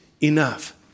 enough